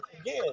again